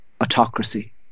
autocracy